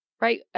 right